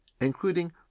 including